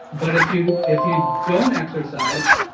but if you if you don't exercise,